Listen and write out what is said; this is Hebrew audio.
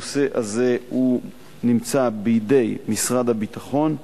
הנושא הזה נמצא בידי משרד הביטחון,